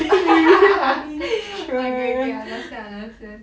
okay okay I understand I understand